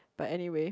but anyway